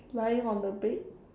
lying on the bed